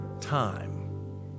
time